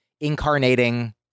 incarnating